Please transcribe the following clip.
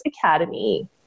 Academy